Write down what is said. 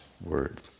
word